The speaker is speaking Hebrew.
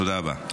תודה רבה.